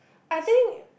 I think